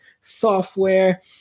software